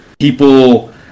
people